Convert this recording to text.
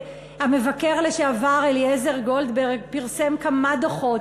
המבקר לשעבר אליעזר גולדברג פרסם כמה דוחות,